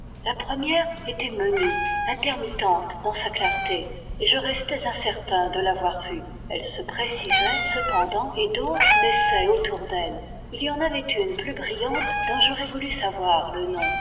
la première était menue intermittente dans sa clarté et je restais incertain de l'avoir vue elle se précisait cependant et d'autres naissaient autour d'elles il y en avait une plus brillante dont j'aurais voulu savoir le nom